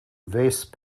vase